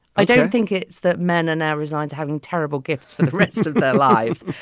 i don't think it's that men are now resigned to having terrible gifts for the rest of their lives.